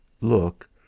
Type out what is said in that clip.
look